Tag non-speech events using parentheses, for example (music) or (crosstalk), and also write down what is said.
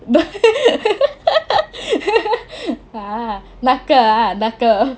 (laughs) !huh! 那个 ah 那个